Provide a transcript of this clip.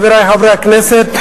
חברי חברי הכנסת,